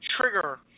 trigger